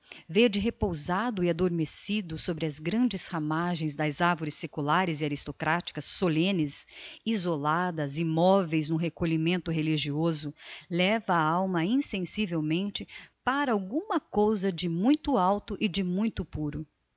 pisam verde repousado e adormecido sob as grandes ramagens das arvores seculares e aristocraticas solemnes isoladas immoveis n'um recolhimento religioso leva a alma insensivelmente para alguma cousa de muito alto e de muito puro